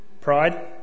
Pride